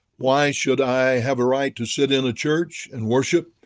why should i have a right to sit in a church and worship?